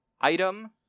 item